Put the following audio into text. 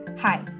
Hi